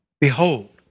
Behold